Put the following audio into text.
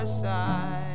side